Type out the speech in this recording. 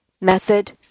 Method